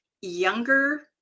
younger